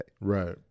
Right